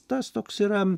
tas toks yra